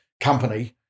Company